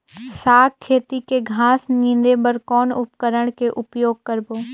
साग खेती के घास निंदे बर कौन उपकरण के उपयोग करबो?